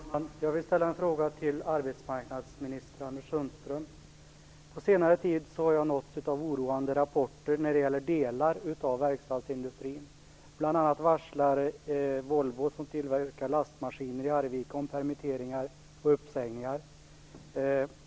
Fru talman! Jag vill ställa en fråga till arbetsmarknadsminister Anders Sundström På senare tid har jag nåtts av oroande rapporter när det gäller delar av verkstadsindustrin. Volvo i Arvika, som tillverkar lastmaskiner, varslar om permitteringar och uppsägningar.